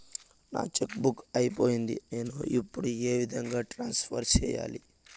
నా cheque book అయిపోయింది నేను ఇప్పుడు ఏ విధంగా ట్రాన్స్ఫర్ సేయాలి?